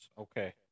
Okay